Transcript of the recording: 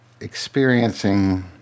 experiencing